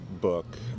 book